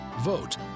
Vote